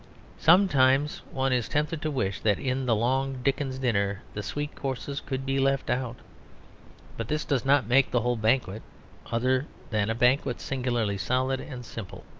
sometimes one is tempted to wish that in the long dickens dinner the sweet courses could be left out but this does not make the whole banquet other than a banquet singularly solid and simple.